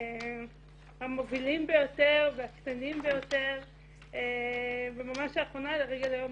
המובילים ביותר והקטנים ביותר וממש לאחרונה לרגל היום